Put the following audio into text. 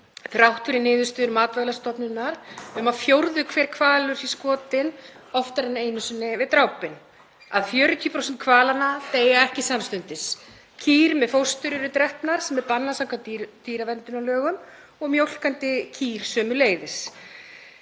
þrátt fyrir niðurstöður Matvælastofnunar um að fjórði hver hvalur sé skotinn oftar en einu sinni við drápin, að 40% hvalanna deyi ekki samstundis. Kýr með fóstur eru drepnar, sem er bannað samkvæmt dýraverndunarlögum, og mjólkandi kýr sömuleiðis.